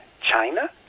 China